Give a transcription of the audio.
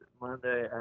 Monday